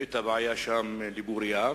את הבעיה בו על בוריה,